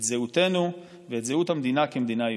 את זהותנו ואת זהות המדינה כמדינה יהודית.